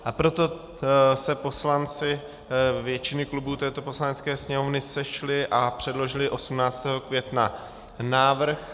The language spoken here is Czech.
A proto se poslanci většiny klubů této Poslanecké sněmovny sešli a předložili 18. května návrh.